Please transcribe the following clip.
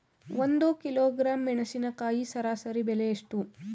ಒಂದು ಕಿಲೋಗ್ರಾಂ ಮೆಣಸಿನಕಾಯಿ ಸರಾಸರಿ ಬೆಲೆ ಎಷ್ಟು?